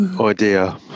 Idea